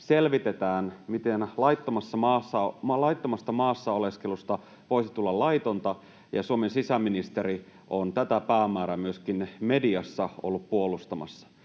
selvitetään, miten laittomasta maassa oleskelusta voisi tulla laillista, ja Suomen sisäministeri on tätä päämäärää myöskin mediassa ollut puolustamassa.